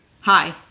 Hi